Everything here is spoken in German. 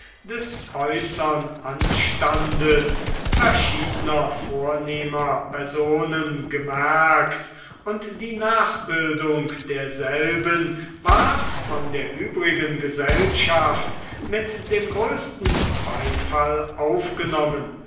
des äußern anstandes verschiedner vornehmer personen gemerkt und die nachbildung derselben ward von der übrigen gesellschaft mit dem größten beifall aufgenommen